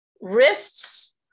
wrists